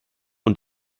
und